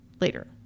later